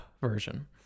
version